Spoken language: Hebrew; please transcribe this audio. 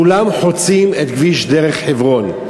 כולם חוצים את דרך חברון,